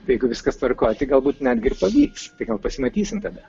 jeigu viskas tvarkoje tai galbūt netgi ir pavyks tai gal pasimatysim tada